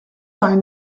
line